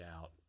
out